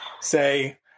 say